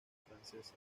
francesa